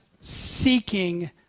seeking